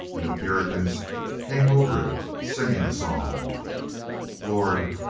and the puritans came over it, singing a psalm lord,